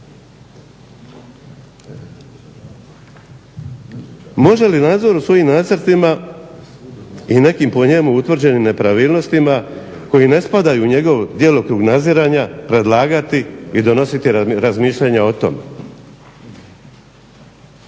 Može li nadzor u svojim nacrtima i nekim po njemu utvrđenim nepravilnostima koji ne spadaju u njegov krug naziranja predlagati i donositi razmišljanja o tome?